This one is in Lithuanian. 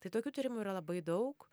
tai tokių tyrimų yra labai daug